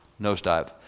nosedive